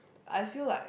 I feel like